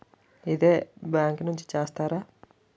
ఇదే బ్యాంక్ నుంచి చేస్తారా?